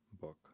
book